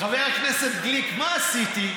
חבר הכנסת גליק, מה עשיתי?